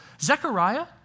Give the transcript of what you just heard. Zechariah